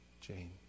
Jane